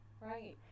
right